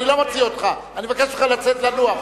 אני לא מוציא אותך, אני מבקש ממך לצאת לנוח.